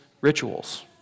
rituals